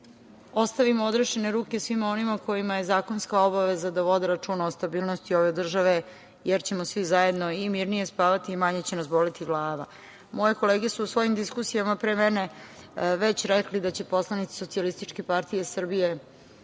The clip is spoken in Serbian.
ostavimo odrešene ruke svima onima kojima je zakonska obaveza da vode računa o stabilnosti ove države, jer ćemo svi zajedno i mirnije spavati i manje će nas boleti glava. Moje kolege su u svojim diskusijama pre mene već rekli da će poslanička grupa SPS